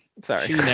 Sorry